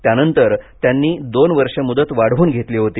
त्यानंतर त्यांनी दोन वर्ष मुदत वाढवून घेतली होती